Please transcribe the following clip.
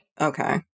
Okay